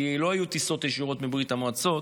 כי לא היו טיסות ישירות מברית המועצות,